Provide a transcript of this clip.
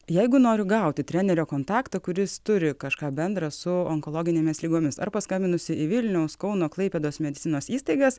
jeigu noriu gauti trenerio kontaktą kuris turi kažką bendra su onkologinėmis ligomis ar paskambinusi į vilniaus kauno klaipėdos medicinos įstaigas